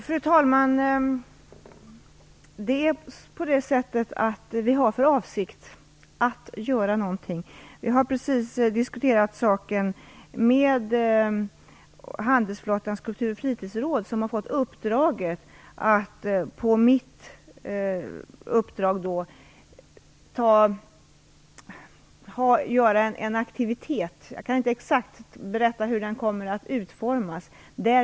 Fru talman! Vi har för avsikt att göra någonting. Vi har just diskuterat detta med handelsflottans kultur och fritidsråd som har fått i uppdrag att göra en aktivitet. Jag kan inte exakt berätta hur den kommer att utformas.